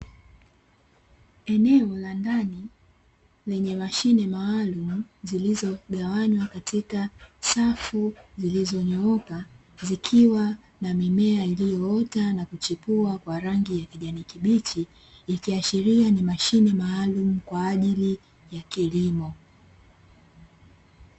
Eneo la ndani lenye mashine maalumu zilizogawanywa katika safu zilizonyooka, zikiwa na mimea iliyoota na kuchipua kwa rangi ya kijani kibichi, ikiashiria ni mashine maalumu kwa ajili ya kilimo.